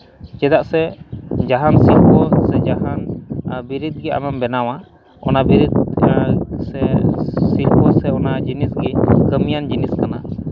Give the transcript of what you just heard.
ᱪᱮᱫᱟᱜ ᱥᱮ ᱡᱟᱦᱟᱱ ᱥᱚᱢᱯᱚᱫ ᱥᱮ ᱡᱟᱦᱟᱱ ᱵᱤᱨᱤᱫ ᱜᱮ ᱟᱢᱮᱢ ᱵᱮᱱᱟᱣᱟ ᱚᱱᱟ ᱵᱤᱨᱤᱫ ᱥᱮ ᱥᱤᱨᱯᱟᱹ ᱥᱮ ᱚᱱᱟ ᱡᱤᱱᱤᱥ ᱜᱮ ᱠᱟᱹᱢᱤᱭᱟᱱ ᱡᱤᱱᱤᱥ ᱠᱟᱱᱟ